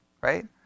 Right